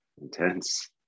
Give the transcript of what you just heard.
intense